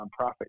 nonprofit